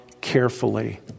carefully